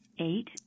Eight